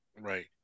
Right